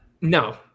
No